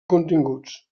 continguts